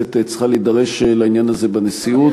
שהכנסת צריכה להידרש לעניין הזה בנשיאות.